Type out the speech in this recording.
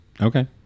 Okay